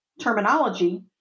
terminology